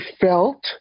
felt